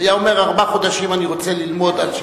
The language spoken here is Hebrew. הוא היה אומר: ארבעה חודשים אני רוצה ללמוד.